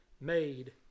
made